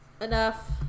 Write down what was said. enough